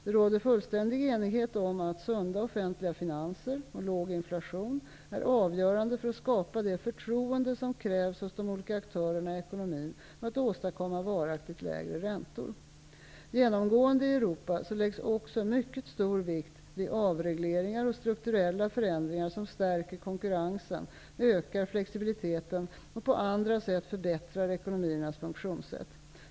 Det råder fullständig enighet om att sunda offentliga finanser och låg inflation är avgörande för att skapa det förtroende som krävs hos de olika aktörerna i ekonomin och att åstadkomma varaktigt lägre räntor. Genomgående i Europa läggs också mycket stor vikt vid avregleringar och strukturella förändringar som stärker konkurrensen, ökar flexibiliteten och på andra sätt förbättrar ekonomiernas funktionssätt.